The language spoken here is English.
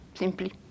simply